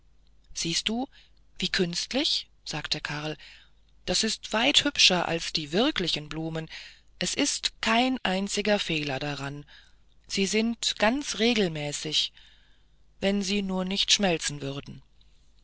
siehst du wie künstlich sagte karl das ist weit hübscher als die wirklichen blumen und es ist kein einziger fehler daran sie sind ganz regelmäßig wenn sie nur nicht schmelzen würden